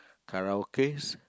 karaoke